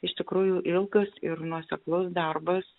iš tikrųjų ilgas ir nuoseklus darbas